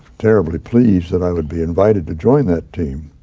terribly pleased that i would be invited to join that team.